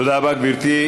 תודה רבה, גברתי.